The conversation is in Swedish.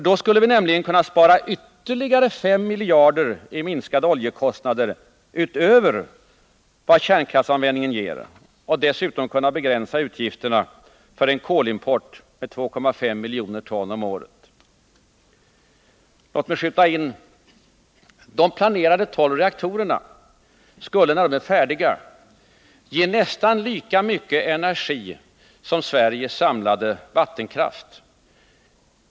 Då skulle vi nämligen kunna spara ytterligare 5 miljarder i minskade oljekostnader utöver vad kärnkraftsan vändningen ger och dessutom kunna begränsa utgifterna för en kolimport med 2,5 miljoner ton om året. Låt mig skjuta in att de planerade 12 reaktorerna skulle, när de blir färdiga, ge nästan lika mycket energi som Sveriges samlade vattenkraft.